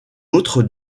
autre